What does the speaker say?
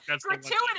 gratuitous